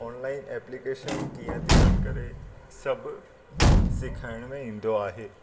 online application कीअं थी run करे सभ सेखारण में ईंदो आहे